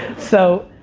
so,